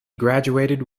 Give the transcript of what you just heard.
graduated